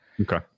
Okay